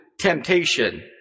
temptation